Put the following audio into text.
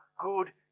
good